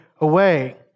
away